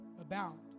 abound